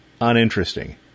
uninteresting